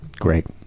Great